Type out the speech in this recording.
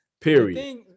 Period